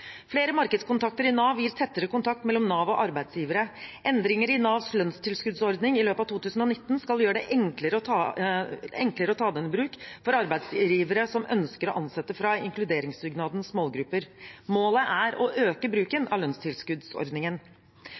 Flere markedskontakter i Nav gir tettere kontakt mellom Nav og arbeidsgivere. Endringer i Navs lønnstilskuddsordning i løpet av 2019 skal gjøre det enklere å ta den i bruk for arbeidsgivere som ønsker å ansette fra inkluderingsdugnadens målgrupper. Målet er å øke bruken av lønnstilskuddsordningen.